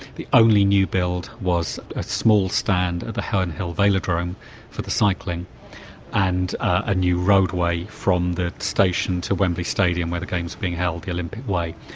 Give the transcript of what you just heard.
the only new build was a small stand at the herne hill velodrome for the cycling and a new roadway from the station to wembley stadium, where the games were being held the olympic way.